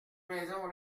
maison